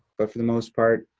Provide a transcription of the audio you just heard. but for the most part,